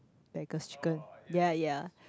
beggar's chicken ya ya